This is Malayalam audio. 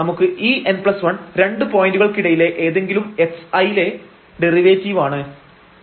നമുക്ക് ഈ n1 രണ്ട് പോയന്റുകൾക്കിടയിലെ ഏതെങ്കിലും xi ലെ ഡെറിവേറ്റീവ് ആണ്